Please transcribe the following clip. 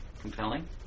compelling